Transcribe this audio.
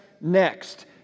next